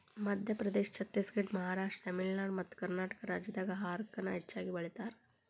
ಮಧ್ಯಪ್ರದೇಶ, ಛತ್ತೇಸಗಡ, ಮಹಾರಾಷ್ಟ್ರ, ತಮಿಳುನಾಡು ಮತ್ತಕರ್ನಾಟಕ ರಾಜ್ಯದಾಗ ಹಾರಕ ನ ಹೆಚ್ಚಗಿ ಬೆಳೇತಾರ